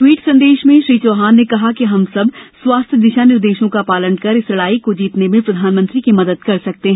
tweet संदेश में श्री चौहान ने कहा कि हम सब स्वास्थ्य दिशा निर्देशों का पालन कर इस लड़ाई को जीतने में प्रधानमंत्री की मदद कर सकते हैं